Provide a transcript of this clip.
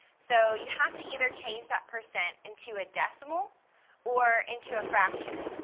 so you have to either, change that percent into a decimal or into a fraction.